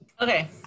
Okay